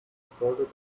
started